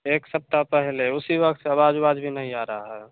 एक सप्ताह पहले उसी वक़्त से आवाज़ उवाज भी नहीं आ रही है